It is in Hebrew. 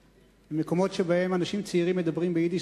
מקומות שבהם אנשים צעירים מדברים ביידיש